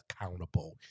accountable